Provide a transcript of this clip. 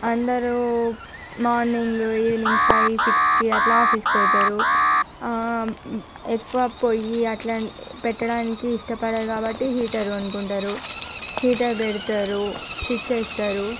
అందరు morning evening five సిక్స్కి అట్లా ఆఫీసుకి పోతారు ఎక్కువ పొయ్యి అట్లాంటి పెట్టడానికి ఇష్టపడరు కాబట్టి హీటర్ కొనుక్కుంటారు హీటర్ పెడతారు స్విచ్ వేస్తారు